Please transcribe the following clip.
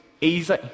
easy